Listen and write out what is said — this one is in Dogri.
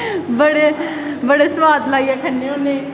बड़े सुआद लाईयै खन्ने होन्ने